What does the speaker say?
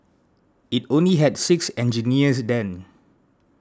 it only had six engineers then